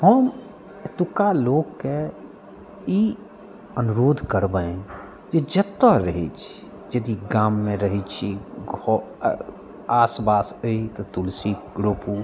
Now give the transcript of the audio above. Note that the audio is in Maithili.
हम एतुक्का लोकके ई अनुरोध करबनि जे जतौ रहै छी यदि गाममे रहै छी आस पास अछि तऽ तुलसी रोपू